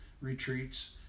retreats